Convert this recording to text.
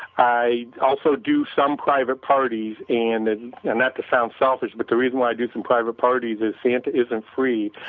i also do some private parties and and and that sounds selfish but the reason why i do some private parties is santa isn't free.